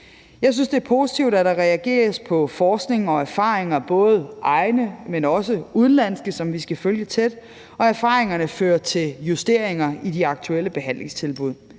Jeg synes, det er positivt, at der reageres på forskning og erfaringer, både egne, men også udenlandske, som vi skal følge tæt, og erfaringerne fører til justeringer i de aktuelle behandlingstilbud.